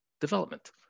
development